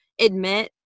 admit